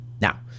Now